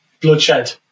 bloodshed